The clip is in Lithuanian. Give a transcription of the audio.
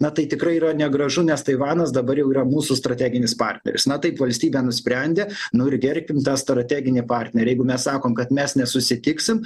na tai tikrai yra negražu nes taivanas dabar jau yra mūsų strateginis partneris na taip valstybė nusprendė nu ir gerbkim tą strateginį partnerį jeigu mes sakom kad mes nesusitiksim